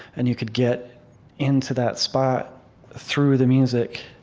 and you could get into that spot through the music,